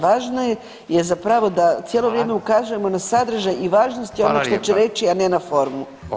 Važno je zapravo da cijelo vrijeme ukažemo na sadržaj i važnosti onog što će reći, a ne na formu.